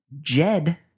Jed